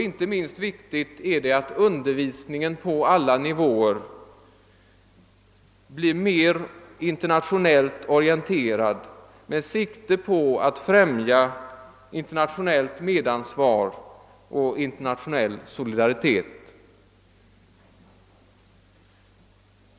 Inte minst viktigt är det att undervisningen på alla nivåer blir mera internationellt orienterad med sikte på att främja internationellt medansvar och internationell solidaritet.